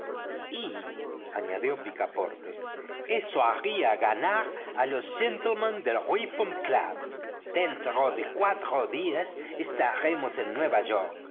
y y añadió picaporte eso haría ganar a los gentlemen del reform club dentro de cuatro días estaremos en nueva york